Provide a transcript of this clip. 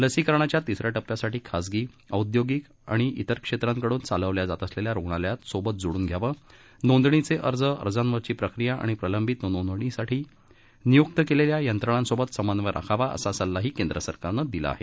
लसीकरणाच्या तिसऱ्या टप्प्यासाठी खाजगी औद्योगिक आणि इतर क्षेत्राकडून चालवल्या जात असलेल्या रुग्णालयात सोबत जोडून घ्यावं नोंदणीचे अर्ज अर्जांवरची प्रक्रिया आणि प्रलंबित नोंदणीसाठी नियुक्त केलेल्या यंत्रणांसोबत समन्वय राखावा असा सल्लाही केंद्र सरकारनं दिला आहे